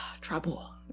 Trouble